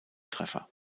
treffer